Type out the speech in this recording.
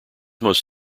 most